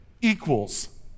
equals